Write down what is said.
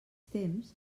temps